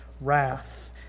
wrath